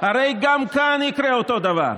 הרי גם כאן יקרה אותו דבר.